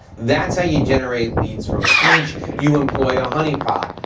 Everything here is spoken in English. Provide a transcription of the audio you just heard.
that's how you generate leads from a speech. you employ a honey pot.